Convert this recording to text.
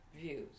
views